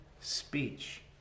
speech